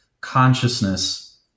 consciousness